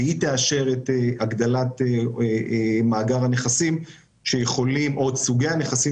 שתאשר את הגדלת מאגר הנכסים או את סוגי הנכסים